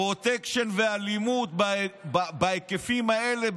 פרוטקשן ואלימות בהיקפים האלה,